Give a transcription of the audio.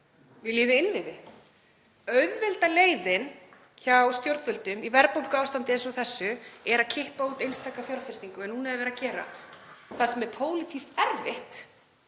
þið innviði? Auðvelda leiðin hjá stjórnvöldum í verðbólguástandi eins og þessu er að kippa út einstaka fjárfestingu, eins og núna er verið að gera. Það sem er pólitískt erfitt